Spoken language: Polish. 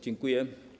Dziękuję.